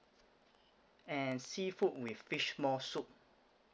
and seafood with fish maw soup